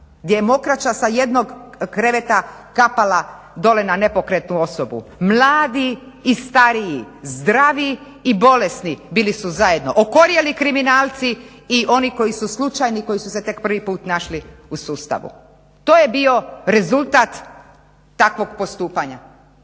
je mokraća sa jednog kreveta kapala dole na nepokretnu osobu. Mladi i stariji, zdravi i bolesni bili su zajedno, okorjeli kriminalci i oni koji su slučajni, koji su se tek prvi put našli u sustavu. To je bio rezultat takvog postupanja